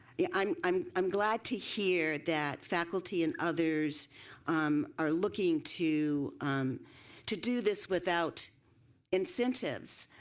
yeah um um um glad to hear that faculty and others are looking to to do this without incentives